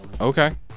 Okay